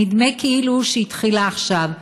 נדמה כאילו היא התחילה עכשיו,